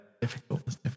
difficult